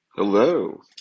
Hello